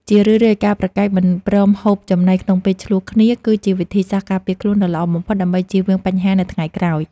ជារឿយៗការប្រកែកមិនព្រមហូបចំណីក្នុងពេលឈ្លោះគ្នាគឺជាវិធីសាស្ត្រការពារខ្លួនដ៏ល្អបំផុតដើម្បីចៀសវាងបញ្ហានៅថ្ងៃក្រោយ។